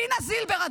דינה זילבר,